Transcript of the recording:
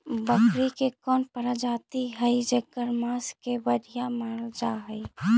बकरी के कौन प्रजाति हई जेकर मांस के बढ़िया मानल जा हई?